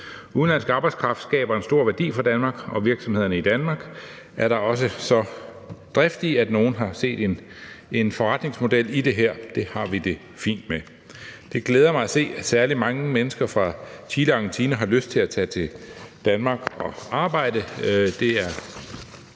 Udenlandsk arbejdskraft skaber en stor værdi for Danmark, og virksomhederne i Danmark er da også så driftige, at nogle har set en forretningsmodel i det her. Det har vi det fint med. Det glæder mig at se, at særlig mange mennesker fra Chile og Argentina har lyst til at tage til Danmark og arbejde.